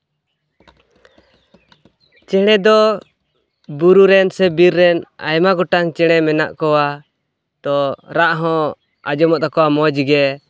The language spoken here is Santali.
ᱪᱮᱬᱮ ᱫᱚ ᱵᱩᱨᱩ ᱨᱮᱱ ᱥᱮ ᱵᱤᱨ ᱨᱮᱱ ᱟᱭᱢᱟ ᱜᱚᱴᱟᱱ ᱪᱮᱬᱮ ᱢᱮᱱᱟᱜ ᱠᱚᱣᱟ ᱛᱚ ᱨᱟᱜ ᱦᱚᱸ ᱟᱸᱡᱚᱢᱚᱜ ᱛᱟᱠᱚᱣᱟ ᱢᱚᱡᱽ ᱜᱮ